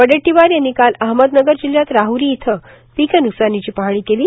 वडेट्टीवार यांनी काल अहमदनगर जिल्ह्यात राहरी इथं पीकन्कसानीची पाहणी केली